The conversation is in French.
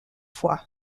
fois